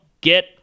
get